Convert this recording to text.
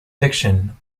fiction